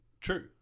True